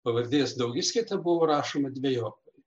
pavardės daugiskaita buvo rašoma dvejopai